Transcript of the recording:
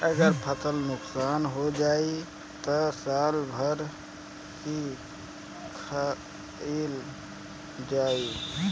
अगर फसल नुकसान हो जाई त साल भर का खाईल जाई